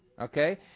Okay